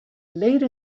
late